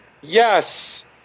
yes